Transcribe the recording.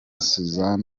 susan